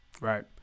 Right